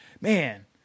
man